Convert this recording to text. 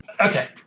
Okay